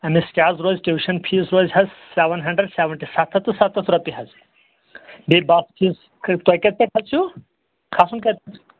أمِس کیٛاہ حظ روزِ حظ ٹوٗشن فیٖس روزِ حظ سیوَن ہَنٛڈرنٛڈ سیوَنٹی سَتھ ہَتھ تہٕ سَتتھ رۄپیہِ حظ بیٚیہِ باقٕے چیٖز تۄہہِ کَتہِ پیٚٹھ حظ چھِو کھسُن کَتہِ پیٚٹھ